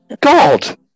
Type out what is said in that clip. God